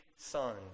Son